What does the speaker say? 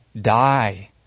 Die